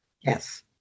Yes